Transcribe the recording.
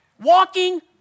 walking